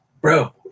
bro